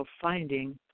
finding